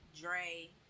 Dre